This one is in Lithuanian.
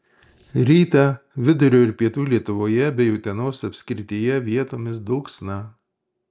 rytą vidurio ir pietų lietuvoje bei utenos apskrityje vietomis dulksna